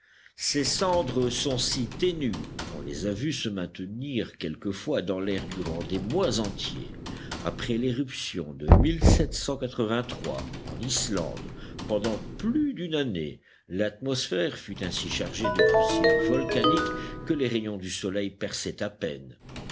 ces cendres sont si ténues qu'on les a vues se maintenir quelquefois dans l'air durant des mois entiers après l'éruption de en islande pendant plus d'une année l'atmosphère fut ainsi chargée de poussières volcaniques que les rayons du soleil perçaient à peine